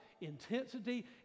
intensity